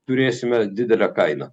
turėsime didelę kainą